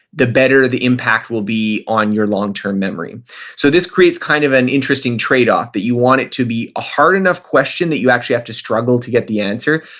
the better the impact will be on your long-term memory so this creates kind of an interesting trade-off that you want it to be a hard enough question that you actually have to struggle to get the answer,